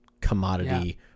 commodity